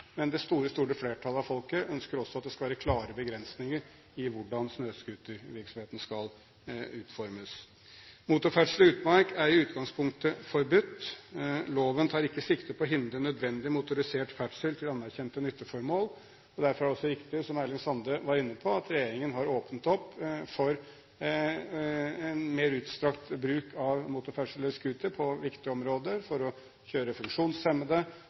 Men det store flertallet av folket ønsker også at det skal være klare begrensninger i hvordan snøscootervirksomheten skal utformes. Motorferdsel i utmark er i utgangspunktet forbudt. Loven tar ikke sikte på å hindre nødvendig motorisert ferdsel til anerkjente nytteformål. Det er derfor altså riktig, som Erling Sande var inne på, at regjeringen har åpnet opp for en mer utstrakt bruk av motorferdsel med scooter på viktige områder – for å kjøre funksjonshemmede,